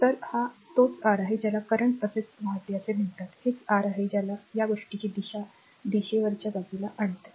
तर हा तोच r आहे ज्याला करंट असेच वाहते असे म्हणतात हेच r आहे ज्याला या गोष्टीची दिशा दिशेने वरच्या बाजूला आणते